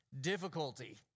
difficulty